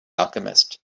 alchemist